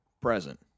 present